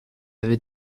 avait